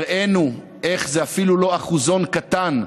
הראינו איך זה אפילו לא אחוזון קטן,